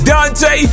Dante